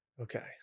Okay